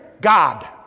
God